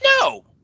No